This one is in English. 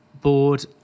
board